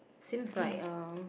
seems like um